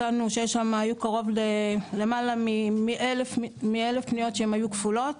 מצאנו שהיו שמה קרוב למעלה מאלף פניות שהן היו כפולות,